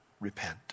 repent